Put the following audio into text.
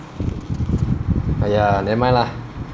!aiya! nevermind lah